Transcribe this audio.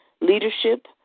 leadership